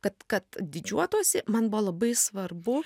kad kad didžiuotųsi man buvo labai svarbu